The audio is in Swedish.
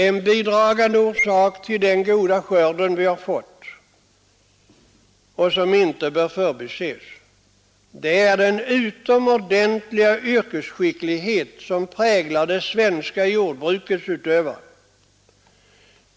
En bidragande orsak till den goda skörd som vi har fått är den utomordentliga yrkesskicklighet som präglar det svenska jordbrukets utövare.